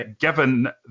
given